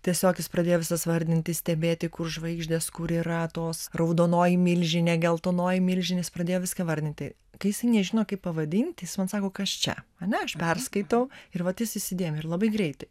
tiesiog jis pradėjo visas vardinti stebėti kur žvaigždės kur yra tos raudonoji milžinė geltonoji milžinės pradėjo viską vardinti kai jisai nežino kaip pavadinti jis man sako kas čia ane aš perskaitau ir vat jis įsidėmi ir labai greitai